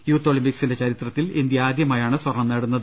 youth ഒളിമ്പിക്സിന്റെ ചരിത്രത്തിൽ India ആദ്യമായാണ് സ്വർണ്ണം നേടുന്നത്